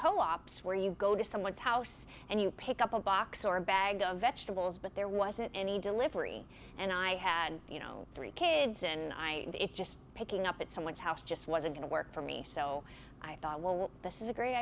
co ops where you go to someone's house and you pick up a box or a bag of vegetables but there wasn't any delivery and i had you know three kids and i just picking up at someone's house just wasn't gonna work for me so i thought well this is a great